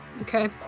okay